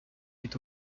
est